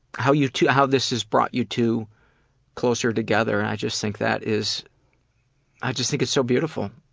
how you two how this has brought you two closer together and i just think that is i just think it's so beautiful.